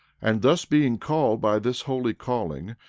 and thus being called by this holy calling,